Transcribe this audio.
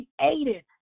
created